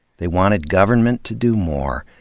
they wanted government to do more,